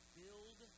build